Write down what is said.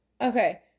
Okay